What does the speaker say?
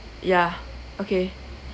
yeah okay